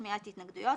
שמיעת התנגדויות,